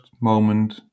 moment